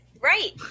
Right